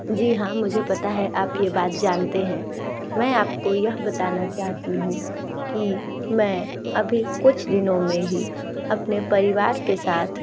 जी हाँ मुझे पता है आप ये बात जानते हैं मैं आपको यह बताना चाहती हूँ कि मैं अभी कुछ दिनों में ही अपने परिवार के साथ